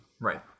Right